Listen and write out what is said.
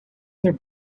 their